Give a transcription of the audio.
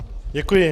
Děkuji.